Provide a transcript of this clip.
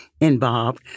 involved